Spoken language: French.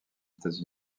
états